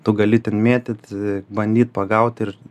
tu gali ten mėtyt a bandyt pagaut ir